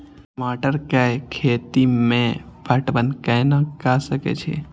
टमाटर कै खैती में पटवन कैना क सके छी?